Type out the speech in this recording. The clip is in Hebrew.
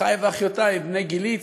אחי ואחיותי בני גילי,